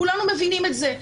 כולנו מבינים את זה.